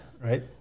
right